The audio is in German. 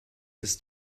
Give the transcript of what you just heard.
ist